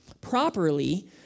properly